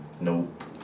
Nope